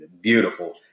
beautiful